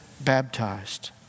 baptized